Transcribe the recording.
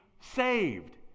saved